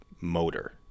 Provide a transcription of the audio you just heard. motor